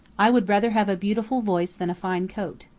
i would rather have a beautiful voice than a fine coat.